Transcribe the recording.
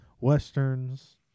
westerns